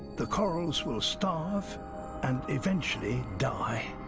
the corals will starve and eventually die.